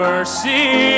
Mercy